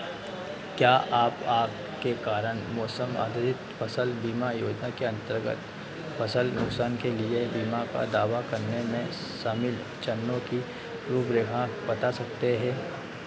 क्या आप आग के कारण मौसम आधारित फ़सल बीमा योजना के अन्तर्गत फ़सल नुकसान के लिए बीमा का दावा करने में शामिल चरणों की रूपरेखा बता सकते हैं